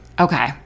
Okay